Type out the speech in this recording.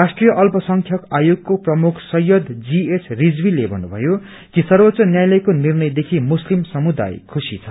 राष्ट्रीय अल्पसंख्यक आयोगको प्रमुख सैयद जी एच रिजवीले भन्नुभो कि सर्वोच्च न्यायालयको निर्णयदेखि मुस्लिम समुदाय खुशि छ